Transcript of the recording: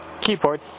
Keyboard